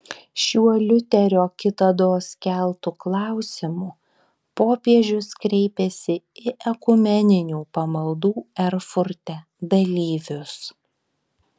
šiuo liuterio kitados keltu klausimu popiežius kreipėsi į ekumeninių pamaldų erfurte dalyvius